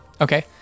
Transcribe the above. Okay